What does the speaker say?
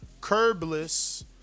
curbless